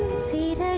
seed ah